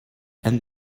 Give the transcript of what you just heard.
and